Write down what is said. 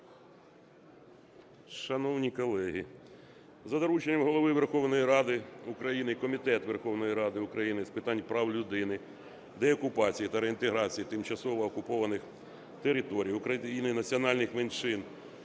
Шановні колеги, за дорученням Голови Верховної Ради України Комітет Верховної Ради України з питань прав людини, деокупації та реінтеграції тимчасово окупованих територій України, національних меншин